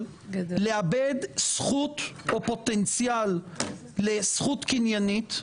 לאבד זכות או פונטציאל לזכות קניינית,